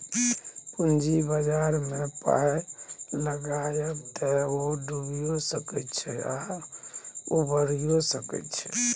पूंजी बाजारमे पाय लगायब तए ओ डुबियो सकैत छै आ उबारियौ सकैत छै